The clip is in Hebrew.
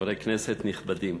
חברי כנסת נכבדים,